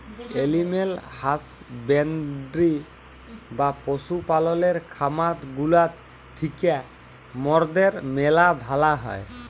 animal husbandry বা পশু পাললের খামার গুলা থিক্যা মরদের ম্যালা ভালা হ্যয়